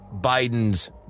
Biden's